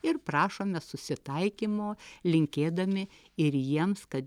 ir prašome susitaikymo linkėdami ir jiems kad